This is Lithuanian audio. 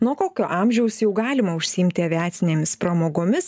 nuo kokio amžiaus jau galima užsiimti aviacinėmis pramogomis